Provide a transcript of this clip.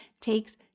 takes